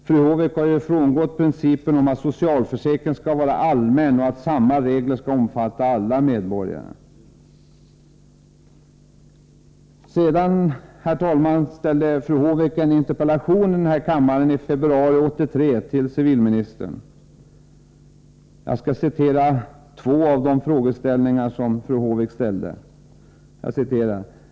Fru Håvik har ju frångått principen att socialförsäkringen skall vara allmän och att samma regler skall omfatta alla medborgare. Herr talman! I februari 1983 framställde fru Håvik en interpellation i denna kammare till civilministern. Jag skall citera två av de sex frågor som ställdes.